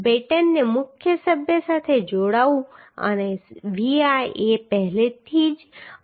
બેટનને મુખ્ય સભ્ય સાથે જોડવું અને VI એ પહેલેથી જ કહ્યું છે